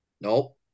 Nope